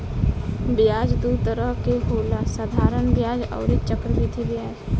ब्याज दू तरह के होला साधारण ब्याज अउरी चक्रवृद्धि ब्याज